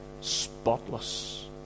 spotless